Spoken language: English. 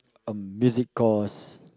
a music course